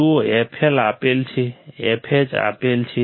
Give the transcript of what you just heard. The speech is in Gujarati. જુઓ fL આપેલ છે fH આપેલ છે